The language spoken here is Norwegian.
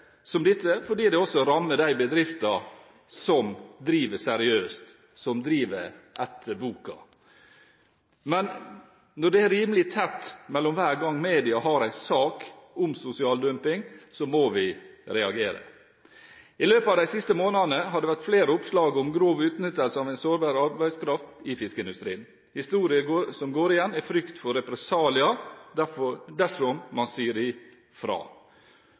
som dette, fordi det også rammer de bedriftene som driver seriøst, og som driver etter boka. Men når det er rimelig tett mellom hver gang media har en sak om sosial dumping, må vi reagere. I løpet av de siste månedene har det vært flere oppslag om grov utnyttelse av en sårbar arbeidskraft i fiskeindustrien. Historier som går igjen, er frykt for represalier dersom man sier